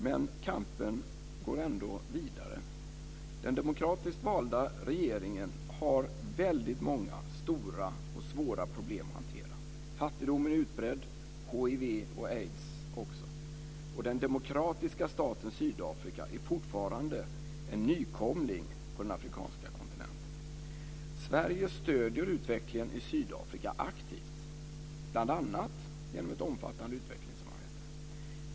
Men kampen går ändå vidare. Den demokratiskt valda regeringen har väldigt många stora och svåra problem att hantera. Fattigdomen och även hiv och aids är utbredda. Och den demokratiska staten Sydafrika är fortfarande en nykomling på den afrikanska kontinenten. Sverige stöder utvecklingen i Sydafrika aktivt, bl.a. genom ett omfattande utvecklingssamarbete.